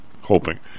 hoping